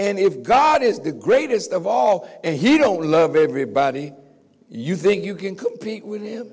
and if god is the greatest of all and he don't love everybody you think you can compete with him